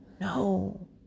no